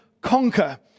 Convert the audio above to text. conquer